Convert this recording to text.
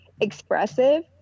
expressive